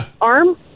arm